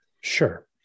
Sure